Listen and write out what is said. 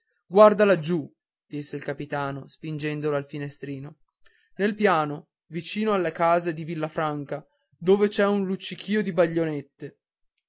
guarda laggiù disse il capitano spingendolo al finestrino nel piano vicino alle case di villafranca dove c'è un luccichìo di baionette